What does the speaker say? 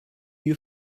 you